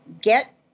get